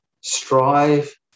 Strive